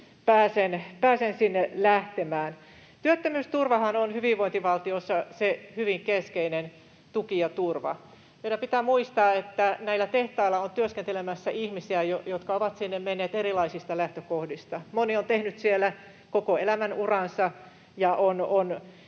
pääsen sinne lähtemään. Työttömyysturvahan on hyvinvointivaltiossa se hyvin keskeinen tuki ja turva. Meidän pitää muistaa, että näillä tehtailla on työskentelemässä ihmisiä, jotka ovat sinne menneet erilaisista lähtökohdista. Moni on tehnyt siellä koko elämänuransa ja on